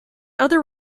other